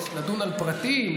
לדון על פרטים,